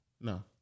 No